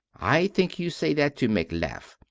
i think you say that to make laugh.